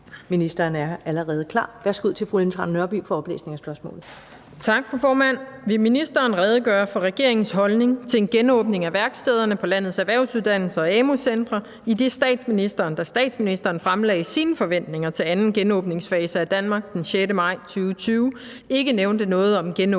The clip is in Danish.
(Karen Ellemann): Værsgo til fru Ellen Trane Nørby for oplæsning af spørgsmålet. Kl. 16:26 Ellen Trane Nørby (V): Tak, fru formand. Vil ministeren redegøre for regeringens holdning til en genåbning af værkstederne på landets erhvervsuddannelser og amu-centre, idet statsministeren, da statsministeren fremlagde sine forventninger til anden genåbningsfase af Danmark den 6. maj 2020, ikke nævnte noget om en genåbning